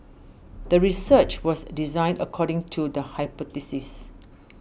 the research was designed according to the hypothesis